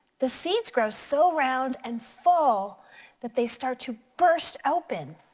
the seeds grow so round and full that they start to burst open.